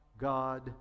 God